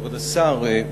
כבוד השר,